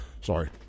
Sorry